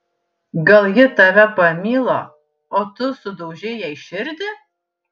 gal ji tave pamilo o tu sudaužei jai širdį